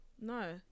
No